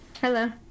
hello